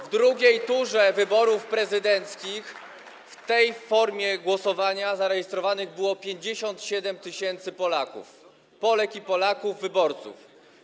W II turze wyborów prezydenckich w tej formie głosowania zarejestrowanych było 57 tys. Polaków, Polek i Polaków, wyborców.